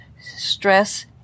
Stress